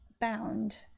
Bound